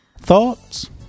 Thoughts